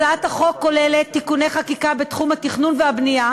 הצעת החוק כוללת תיקוני חקיקה בתחום התכנון והבנייה